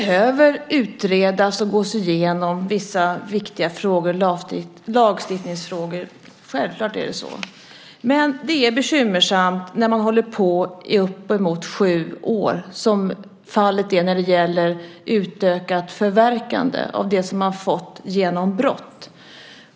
Herr talman! Vissa viktiga lagstiftningsfrågor behöver utredas och gås igenom. Självklart är det så. Men det är bekymmersamt när det håller på i upp till sju år, som fallet är i frågan om utökat förverkande av det som man har fått genom brott.